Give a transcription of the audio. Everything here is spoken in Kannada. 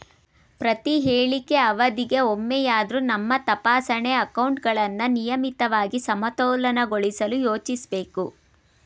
ಪ್ರತಿಹೇಳಿಕೆ ಅವಧಿಗೆ ಒಮ್ಮೆಯಾದ್ರೂ ನಿಮ್ಮ ತಪಾಸಣೆ ಅಕೌಂಟ್ಗಳನ್ನ ನಿಯಮಿತವಾಗಿ ಸಮತೋಲನಗೊಳಿಸಲು ಯೋಚಿಸ್ಬೇಕು